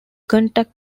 contact